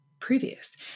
previous